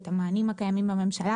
את המענים הקיימים בממשלה,